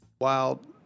Wild